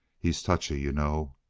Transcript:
he's touchy, you know.